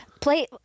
Play